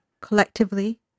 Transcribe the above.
collectively